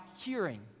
hearing